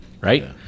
right